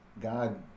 God